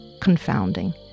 Confounding